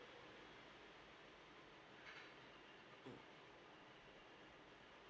mm